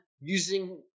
using